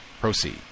proceed